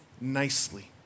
nicely